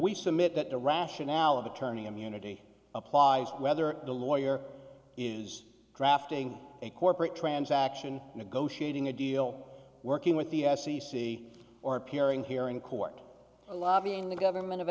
we submit that the rationale of attorney immunity applies whether the lawyer is drafting a corporate transaction negotiating a deal working with the f c c or appearing here in court lobbying the government of